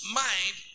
mind